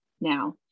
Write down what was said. now